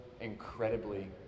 incredibly